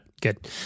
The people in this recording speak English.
Good